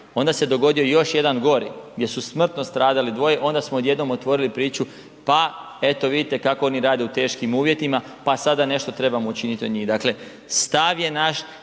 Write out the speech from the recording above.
onda se dogodio još jedan gori, gdje su smrtno stradali dvoje onda smo odjednom otvorili priču, pa eto vidite kako oni rade u teškim uvjetima pa sada nešto trebamo učiniti za njih. Dakle, stav je naš